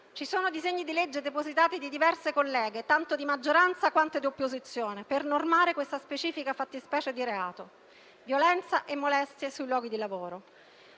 Ci sono disegni di legge depositati da diverse colleghe, tanto di maggioranza quanto di opposizione, per normare questa specifica fattispecie di reato, violenza e molestie sui luoghi di lavoro: